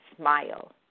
smile